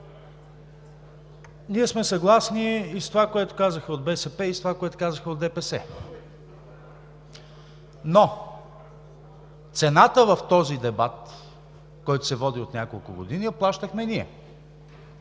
Ние сме съгласни и с това, което казаха от БСП, и с това, което казаха от ДПС, но цената в този дебат, който се води от няколко години, я плащахме ние,